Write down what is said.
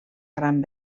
gran